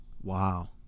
wow